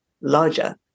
larger